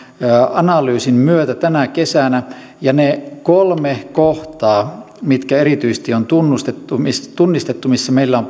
analyysin myötä tänä kesänä ja ne kolme kohtaa mitkä erityisesti on tunnistettu sellaisiksi missä meillä on